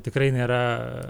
tikrai nėra